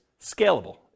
scalable